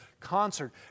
concert